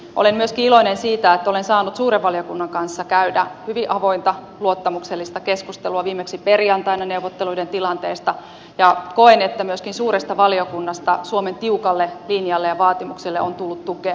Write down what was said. olen myöskin iloinen siitä että olen saanut suuren valiokunnan kanssa käydä hyvin avointa luottamuksellista keskustelua viimeksi perjantaina neuvotteluiden tilanteesta ja koen että myöskin suuresta valiokunnasta suomen tiukalle linjalle ja vaatimukselle on tullut tukea